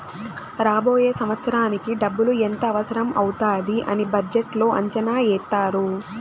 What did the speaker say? రాబోయే సంవత్సరానికి డబ్బులు ఎంత అవసరం అవుతాది అని బడ్జెట్లో అంచనా ఏత్తారు